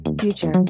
Future